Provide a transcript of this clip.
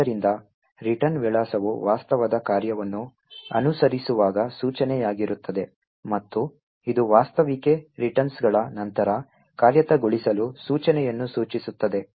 ಆದ್ದರಿಂದ return ವಿಳಾಸವು ವಾಸ್ತವದ ಕಾರ್ಯವನ್ನು ಅನುಸರಿಸುವ ಸೂಚನೆಯಾಗಿರುತ್ತದೆ ಮತ್ತು ಇದು ವಾಸ್ತವಿಕ ರಿಟರ್ನ್ಸ್ಗಳ ನಂತರ ಕಾರ್ಯಗತಗೊಳಿಸಲು ಸೂಚನೆಯನ್ನು ಸೂಚಿಸುತ್ತದೆ